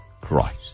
Christ